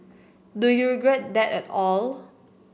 do you regret that at all